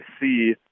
see –